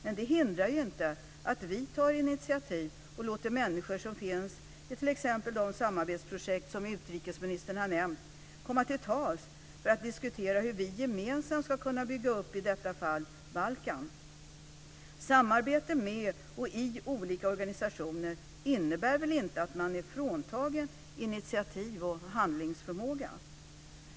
Men det hindrar ju inte att vi tar initiativ och låter människor som finns i t.ex. de samarbetsprojekt som utrikesministern har nämnt komma till tals för att diskutera hur vi gemensamt ska kunna bygga upp, i detta fall, Balkan. Samarbete med och i olika organisationer innebär väl inte att man är fråntagen initiativ och handlingsförmåga?